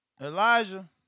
Elijah